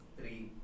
Three